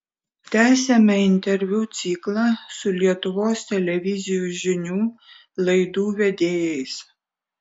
tęsiame interviu ciklą su lietuvos televizijų žinių laidų vedėjais